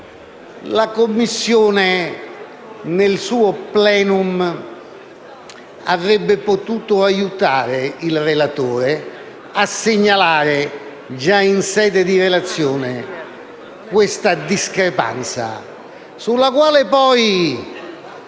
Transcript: caso la Giunta, nel suo *plenum*, avrebbe potuto aiutare il relatore a segnalare, già in sede di relazione, questa discrepanza, sulla quale poi,